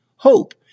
hope